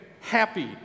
happy